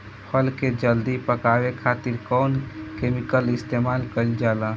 फल के जल्दी पकावे खातिर कौन केमिकल इस्तेमाल कईल जाला?